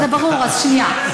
זה ברור, אז שנייה.